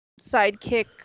sidekick